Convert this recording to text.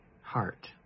heart